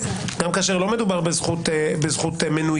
גם כאשר לא מדובר בזכות מנויה,